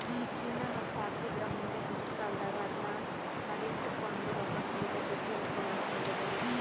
ಚಿನ್ನ ನಮ್ಮತಾಕಿದ್ರ ಮುಂದೆ ಕಷ್ಟಕಾಲದಾಗ ಅದ್ನ ಅಡಿಟ್ಟು ಕೊಂಡ ರೊಕ್ಕಕ್ಕಿಂತ ಜಗ್ಗಿ ರೊಕ್ಕವನ್ನು ತಗಬೊದು